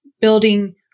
building